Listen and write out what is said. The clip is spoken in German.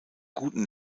guten